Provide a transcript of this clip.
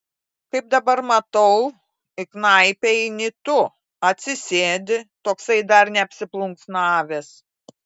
kaip dabar matau į knaipę įeini tu atsisėdi toksai dar neapsiplunksnavęs